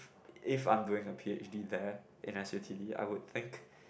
if I'm doing a P_H_D there in s_u_t_d I would think